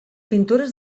pintures